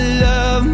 love